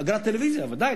אגרת טלוויזיה בוודאי,